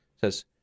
says